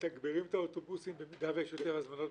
ומתגברים את האוטובוסים במידה ויש יותר הזמנות?